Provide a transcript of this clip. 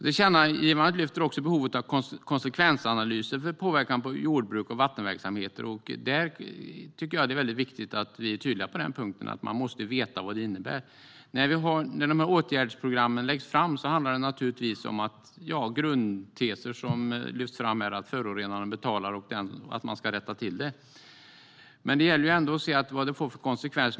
Tillkännagivandet lyfter också upp behovet av konsekvensanalyser av påverkan på jordbruk och vattenverksamhet. Det är viktigt att vi är tydliga på den punkten. Vi måste veta vad det innebär. När åtgärdsprogrammen läggs fram handlar det om grundteser som att förorenaren betalar och att man ska rätta till det. Men det gäller ändå att se vad det får för konsekvenser.